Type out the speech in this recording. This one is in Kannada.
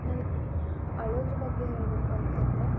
ನನ್ನ ಅಳೋದ್ರ ಬಗ್ಗೆ ಹೇಳಬೇಕು ಅಂತಂದ್ರೆ